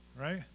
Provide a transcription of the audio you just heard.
right